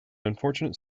unfortunate